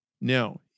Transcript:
Now